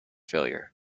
failure